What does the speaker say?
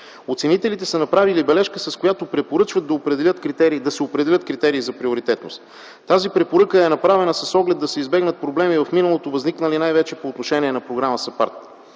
Оценителите са направили бележка, с която препоръчват да се определят критерии за приоритетност. Тази препоръка е направена с оглед да се избегнат проблеми в миналото, възникнали най-вече по отношение на Програма САПАРД.